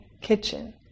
kitchen